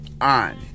on